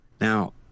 Now